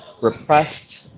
repressed